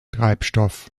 treibstoff